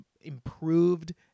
improved